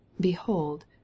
behold